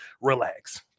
relax